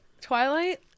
Twilight